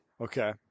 Okay